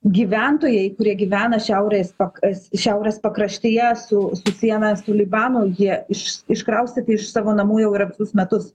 gyventojai kurie gyvena šiaurės pak šiaurės pakraštyje su su siena su libanu jie iš iškraustyti iš savo namų jau yra visus metus